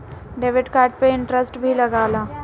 Credit card पे interest भी लागेला?